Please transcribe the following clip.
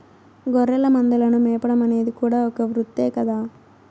గొర్రెల మందలను మేపడం అనేది కూడా ఒక వృత్తే కదా